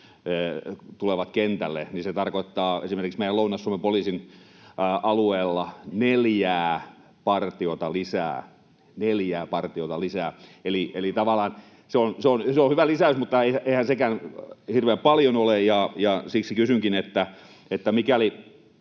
tulevat kentälle, niin se tarkoittaa esimerkiksi meillä Lounais-Suomen poliisin alueella neljää partiota lisää. [Välihuuto perussuomalaisten ryhmästä] Eli tavallaan se on hyvä lisäys, mutta eihän sekään hirveän paljon ole. Mikäli nämä kaikki